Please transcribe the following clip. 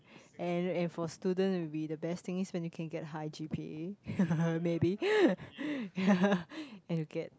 and and for students will be the best thing is when you can get high G_P_A maybe ya and you get